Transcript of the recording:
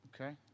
Okay